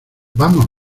vamos